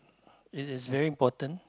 it is very important